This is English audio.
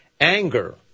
anger